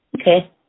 Okay